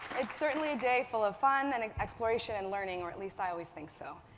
it's certainly a day full of fun and exploration and learning, or at least i always think so.